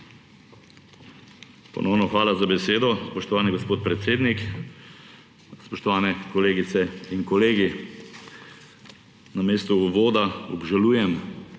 Ponovno hvala za besedo, spoštovani gospod predsednik. Spoštovani kolegice in kolegi! Namesto uvoda obžalujem,